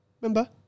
Remember